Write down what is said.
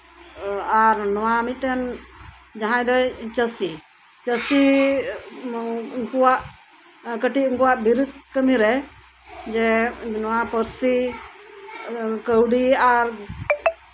ᱱᱚᱣᱟ ᱟᱨ ᱢᱤᱫᱴᱮᱱ ᱪᱟᱹᱥᱤ ᱪᱟᱹᱥᱤ ᱩᱱᱠᱩᱣᱟᱜ ᱠᱟᱹᱴᱤᱡ ᱵᱤᱨᱤᱫ ᱠᱟᱹᱢᱤᱨᱮ ᱡᱮ ᱱᱚᱣᱟ ᱯᱟᱹᱨᱥᱤ ᱠᱟᱹᱣᱰᱤ ᱟᱨ